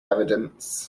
evidence